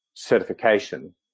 Certification